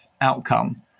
outcome